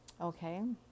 Okay